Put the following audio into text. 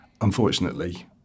unfortunately